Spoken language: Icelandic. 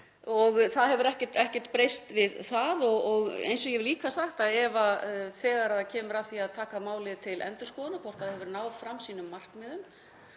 og það hefur ekkert breyst við það. Eins og ég hef líka sagt, að þegar kemur að því að taka málið til endurskoðunar, hvort það hafi náð fram sínum markmiðum,